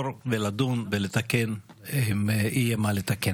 שאלתי אותו: ד"ר עז א-דין, אתה עדיין איש שלום?